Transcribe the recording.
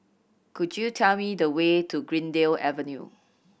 could you tell me the way to Greendale Avenue